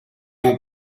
will